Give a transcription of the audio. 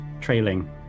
trailing